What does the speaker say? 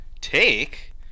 take